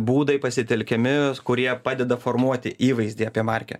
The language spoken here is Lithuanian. būdai pasitelkiami kurie padeda formuoti įvaizdį apie markę